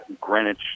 Greenwich